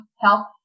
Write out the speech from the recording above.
help